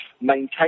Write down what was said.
maintain